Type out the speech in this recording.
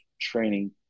training